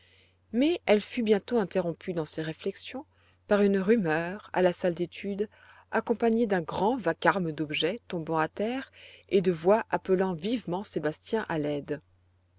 mais elle fut bientôt interrompue dans ses réflexions par une rumeur à la salle d'études accompagnée d'un grand vacarme d'objets tombant à terre et de voix appelant vivement sébastien à l'aide